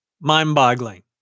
Mind-boggling